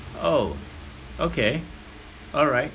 oh okay alright